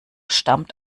stammt